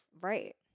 right